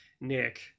Nick